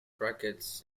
brackets